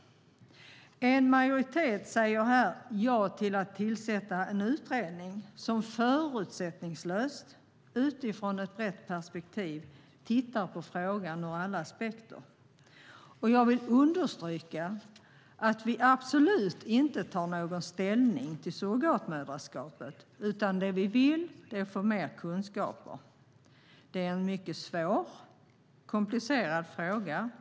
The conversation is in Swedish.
En majoritet säger ja till att tillsätta en utredning som förutsättningslöst utifrån ett brett perspektiv tittar på frågan ur alla aspekter. Jag vill understryka att vi absolut inte tar någon ställning till surrogatmoderskapet, utan vi vill få mer kunskaper. Det är en svår och komplicerad fråga.